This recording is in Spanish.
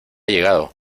llegado